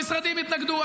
המשרדים התנגדו,